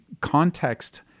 context